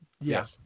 yes